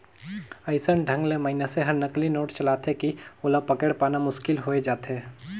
अइसन ढंग ले मइनसे हर नकली नोट चलाथे कि ओला पकेड़ पाना मुसकिल होए जाथे